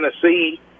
Tennessee